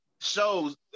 shows